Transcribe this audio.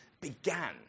began